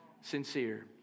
sincere